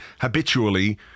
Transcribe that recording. habitually